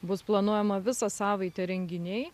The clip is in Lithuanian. bus planuojama visą savaitę renginiai